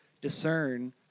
discern